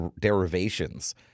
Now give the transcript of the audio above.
derivations